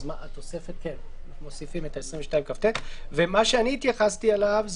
אנחנו מוסיפים את 22כט. מה שאני התייחסתי אליו,